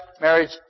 marriage